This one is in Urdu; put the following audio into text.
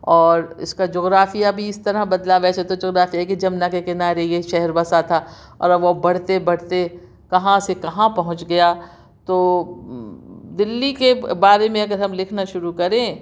اور اِس کا جغرافیہ بھی اِس طرح بدلا ویسے تو جو بات یہ ہے کہ جمنا کے کنارے یہ شہر بسا تھا اور اب وہ بڑھتے بڑھتے کہاں سے کہاں پہنچ گیا تو دِلی کے بار بارے میں اگر ہم لکھنا شروع کریں